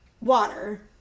water